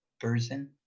person